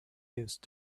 used